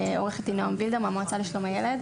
עו"ד נעם וילדר מהמועצה לשלום הילד.